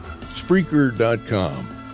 Spreaker.com